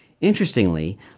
Interestingly